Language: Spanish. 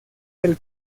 del